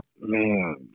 man